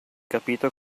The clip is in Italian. capito